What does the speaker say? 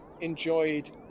enjoyed